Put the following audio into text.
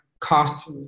cost